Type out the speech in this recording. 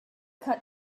cut